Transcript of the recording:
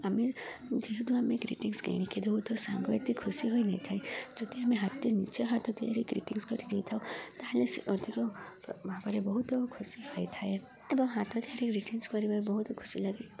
ଆମେ ଯେହେତୁ ଆମେ ଗ୍ରୀଟିଂସ୍ କିଣିକି ଦଉ ତ ସାଙ୍ଗ ଏତେ ଖୁସି ହୋଇନଥାଏ ଯଦି ଆମେ ହାତରେ ନିଜ ହାତ ତିଆରି ଗ୍ରୀଟିଂସ୍ କରି ଦେଇଥାଉ ତାହେଲେ ସେ ଅଧିକ ଭାବରେ ବହୁତ ଖୁସି ହୋଇଥାଏ ଏବଂ ହାତ ତିଆରି ଗ୍ରୀଟିଂସ୍ କରିବାରେ ବହୁତ ଖୁସି ଲାଗେ